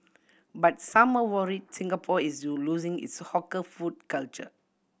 but some are worried Singapore is losing its hawker food culture